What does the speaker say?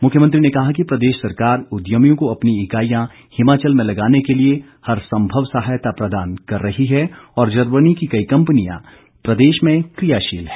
मुख्यमंत्री ने कहा कि प्रदेश सरकार उद्यमियों को अपनी इकाईयां हिमाचल में लगाने के लिए हर संभव सहायता प्रदान कर रही है और जर्मनी की कई कंपनियां प्रदेश में कियाशील हैं